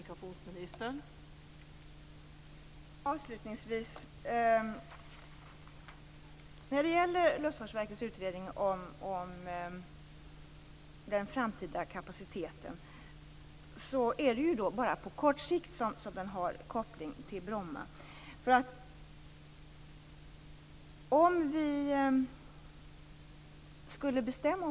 Fru talman! När det gäller Luftfartsverkets utredning om den framtida kapaciteten är det bara på kort sikt som den har koppling till Bromma.